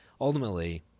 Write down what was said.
Ultimately